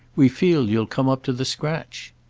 we feel you'll come up to the scratch.